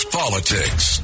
politics